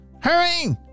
Hurry